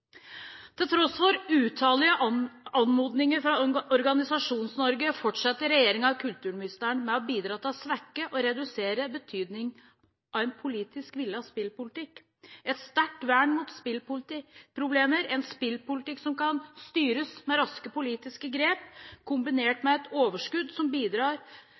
Til tross for utallige anmodninger fra Organisasjons-Norge fortsetter regjeringen og kulturministeren å bidra til å svekke og redusere betydningen av en politisk villet spillpolitikk. Et sterkt vern mot spilleproblemer, en spillpolitikk som kan styres med raske politiske grep, kombinert med et overskudd som bidrar